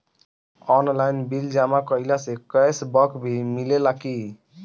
Online bill जमा कईला से कैश बक भी मिलेला की?